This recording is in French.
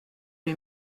lui